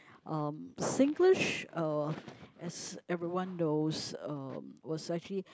um Singlish uh as everyone knows um was actually